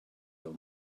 your